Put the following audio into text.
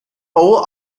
all